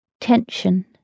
Tension